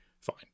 fine